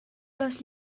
les